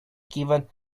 given